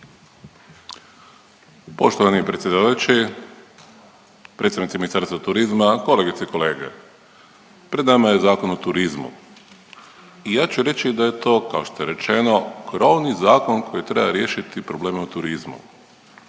Poštovani predsjedavajući, predstavnici Ministarstva turizma, kolegice i kolege. Pred nama je Zakon o turizmu i ja ću reći da je to kao što je rečeno, krovni zakon koji treba riješiti probleme u turizmu.